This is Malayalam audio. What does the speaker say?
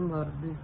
ഇൻഡസ്ട്രി 4